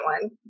one